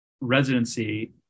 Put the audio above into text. residency